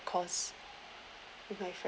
cost with my friend